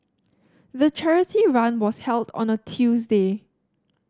the charity run was held on a Tuesday